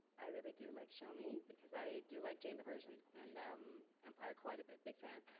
i really do like shomi, because i do like jane the virgin, and um empire quite a bit. big fan.